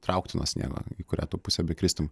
traukti nuo sniego į kurią tu pusę bekristum